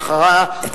ואחריה,